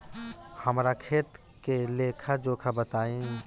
हमरा खाता के लेखा जोखा बताई?